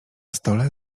stole